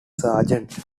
sergeant